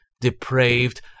depraved